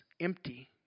empty